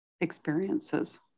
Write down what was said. experiences